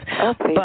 Okay